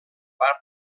part